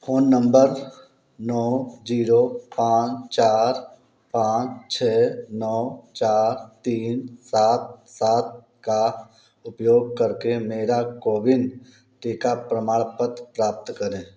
phone number नौ zero पाँच चार पाँच छः नौ चार तीन सात सात का उपयोग करके मेरा कोविन टीका प्रमाणपत्त प्राप्त करें